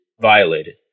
violated